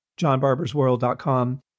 johnbarbersworld.com